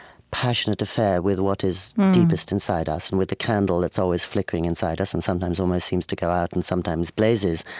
passionate affair with what is deepest inside us and with the candle that's always flickering inside us and sometimes almost seems to go out and sometimes blazes.